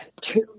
two